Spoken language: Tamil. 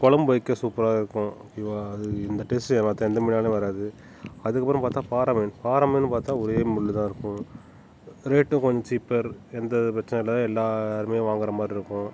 குழம்பு வைக்க சூப்பராக இருக்கும் ஓகேவா அது இந்த டேஸ்ட்டு மற்ற எந்த மீனாலேயும் வராது அதுக்கப்புறம் பார்த்தா பாறை மீன் பாறை மீன்னு பார்த்தா ஒரே முள்ளு தான் இருக்கும் ரேட்டு கொஞ்ச இப்போ இருக் எந்த பிரச்சின இல்லை எல்லோருமே வாங்கிற மாதிரி இருக்கும்